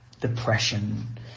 depression